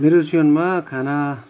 मेरो जिवनमा खाना